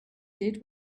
did